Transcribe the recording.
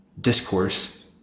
discourse